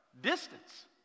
distance